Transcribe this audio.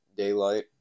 daylight